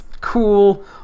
cool